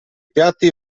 piatti